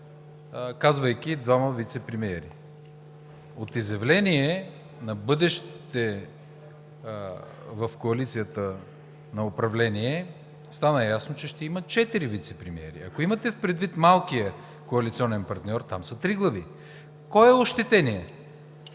казвайки „двама вицепремиери“? От изявление за бъдещето на коалиционното управление стана ясно, че ще има четирима вицепремиери. Ако имате предвид малкия коалиционен партньор, там са три глави. Кой е ощетеният?